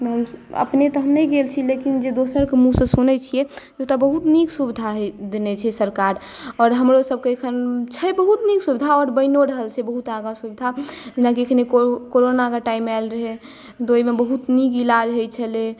अपने तऽ हम नहि गेल छी लेकिन जे दोसरके मुँहसँ सुनैत छियै ओतय बहुत नीक सुविधा देने छै सरकार आओर हमरोसभके एखन छै बहुत नीक सुविधा आओर बनियो रहल छै बहुत सुविधा जेनाकि एखन कोरोनाके टाइम आयल रहै तऽ ओहिमे बहुत नीक इलाज होइत छलै